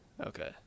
Okay